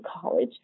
college